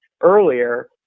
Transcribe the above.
earlier